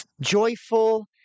joyful